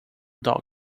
dog